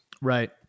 Right